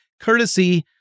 courtesy